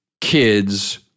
kids